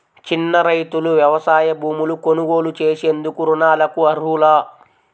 చిన్న రైతులు వ్యవసాయ భూములు కొనుగోలు చేసేందుకు రుణాలకు అర్హులా?